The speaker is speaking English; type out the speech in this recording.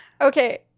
Okay